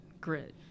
grit